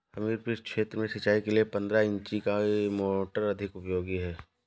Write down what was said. हमीरपुर क्षेत्र में सिंचाई के लिए पंद्रह इंची की मोटर अधिक उपयोगी है?